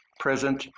present,